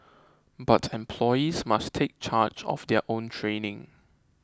but employees must take charge of their own training